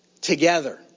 together